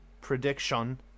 prediction